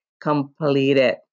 completed